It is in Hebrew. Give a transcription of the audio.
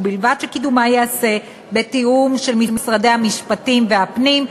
ובלבד שקידומה ייעשה בתיאום עם משרד המשפטים ומשרד הפנים.